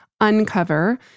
uncover